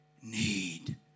need